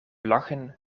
lachen